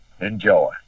Enjoy